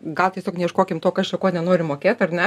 gal tiesiog neieškokim to kas čia ko nenori mokėt ar ne